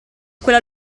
quella